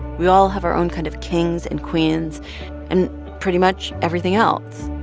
we all have our own kind of kings and queens and pretty much everything else.